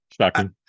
Shocking